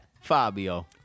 Fabio